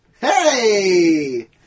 Hey